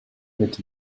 with